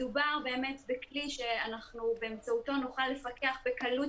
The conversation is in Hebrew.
מדובר באמת בכלי שאנחנו באמצעותו נוכל לפקח בקלות